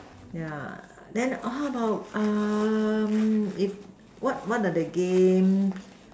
yeah then how about um if what what are the games